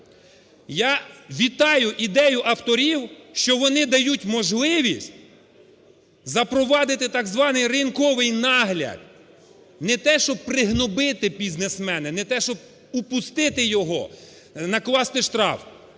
Я вітаю ідею авторів, що вони дають можливість запровадити так званий ринковий нагляд, не те, щоб пригнобити бізнесмена, не те, щоб опустити його, накласти штраф,